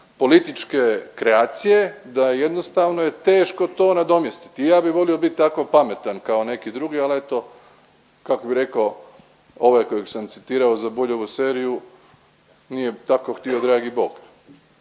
političke kreacije da jednostavno je teško to nadomjestiti, i ja bih volio bit tako pametan, kao neki drugi, ali eto, kako bi rekao ovaj kojeg sam citirao za .../Govornik se ne razumije./... seriju, nije tako htio dragi Bog.